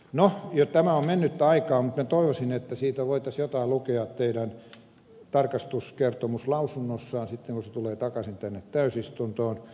no tämä on mennyttä aikaa mutta minä toivoisin että siitä voitaisiin jotain lukea teidän tarkastuskertomuslausunnossanne sitten kun se tulee takaisin tänne täysistuntoon